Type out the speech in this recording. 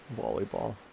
volleyball